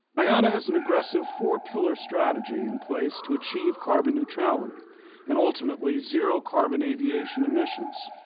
iata has an aggressive four-pillar strategy in place to achieve carbon neutrality and, ultimately, zero carbon aviation emissions.